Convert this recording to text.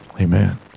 amen